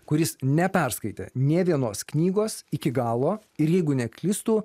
kuris neperskaitė nė vienos knygos iki galo ir jeigu neklystu